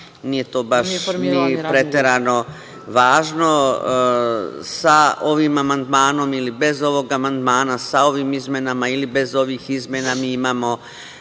nije to baš ni preterano važno. Sa ovim amandmanom ili bez ovog amandmana, sa ovim izmenama ili bez ovih izmena mi imamo